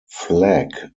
flag